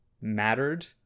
mattered